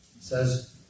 says